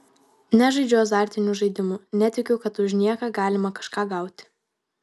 nežaidžiu azartinių žaidimų netikiu kad už nieką galima kažką gauti